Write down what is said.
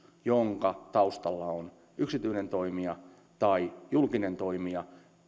jonka taustalla on yksityinen toimija tai julkinen toimija